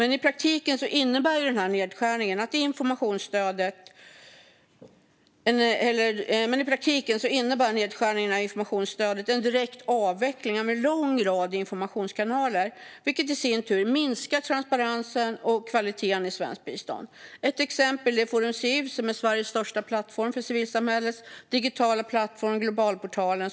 I praktiken innebär nedskärningen av informationsstödet en direkt avveckling av en lång rad informationskanaler, vilket i sin tur minskar transparensen och kvaliteten i svenskt bistånd. Ett exempel är att Forum Civs digitala plattform Globalportalen hotas av nedstängning. Forum Civ är Sveriges största plattform för civilsamhället.